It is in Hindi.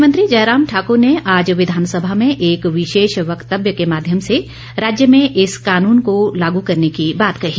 मुख्यमंत्री जयराम ठाकूर ने आज विधानसभा में एक विशेष व्यक्तव्य के माध्यम से राज्य में इस कानून को लागू करने की बात कही